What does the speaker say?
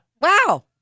wow